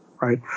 right